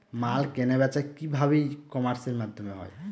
মাল কেনাবেচা কি ভাবে ই কমার্সের মাধ্যমে হয়?